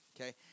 okay